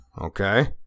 okay